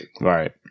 Right